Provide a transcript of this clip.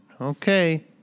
Okay